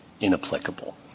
inapplicable